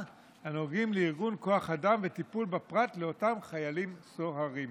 הנוגעים לארגון כוח אדם וטיפול בפרט לאותם חיילים סוהרים.